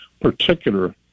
particular